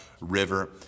River